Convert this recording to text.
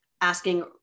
asking